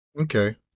Okay